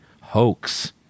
hoax